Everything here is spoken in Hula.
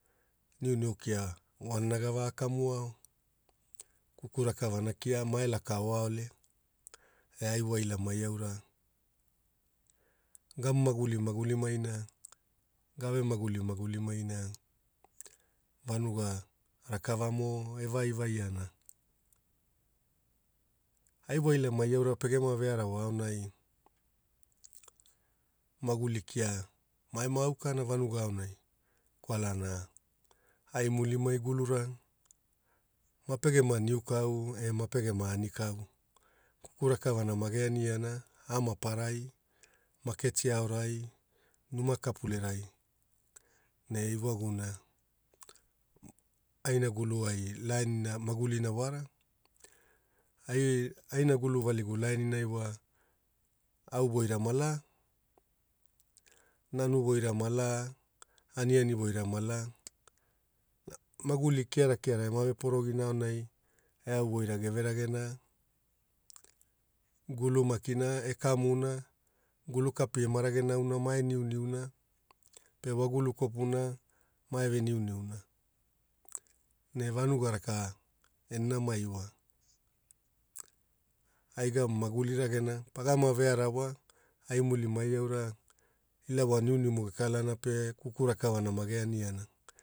Niuniu kia wanana gava kemuao, kuku rakavana mao laka oa ole e ai walami aura gam maguli magulia maina gave maguli maguli maina vanuga rakavamo evaivai ana. Ai wailamai auro pege vegarawa aonai maguli kia mae ma aukana vanagi kwalana ai mulimai gulura na pe vogulu kwapuna mae ve niuniura ne vanuga aka ena nama niu kau mapegema ani kau, kuku rakavana mae aniana, ano mapararai, maketi aorai numa kapulerai ne ewaguna, aina guluwai lain na maguli wara ai aina gulu valigu laininai wa au voira malaa, nanu voira malaa, aniani voira malaa, maguli kiarakiara ema porogina aonai eau voira everagena, gulu makina ekamuna, gulu kapi emaragena auna mae niuniuna, pe wa gulu kwapuna mae niuniuna ne vanuga raka ene nama iwa. Ai gamaguli ragena pagama vearawa ai mulimaiai aura ila wa niuniumo gekalana pe kuku rakavana mage aaniana